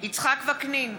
יצחק וקנין,